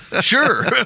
sure